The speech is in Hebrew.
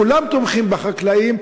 כולם תומכים בחקלאים,